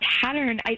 pattern